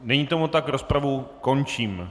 Není tomu tak, rozpravu končím.